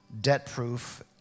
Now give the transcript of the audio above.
debt-proof